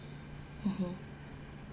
mmhmm